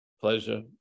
pleasure